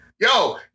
yo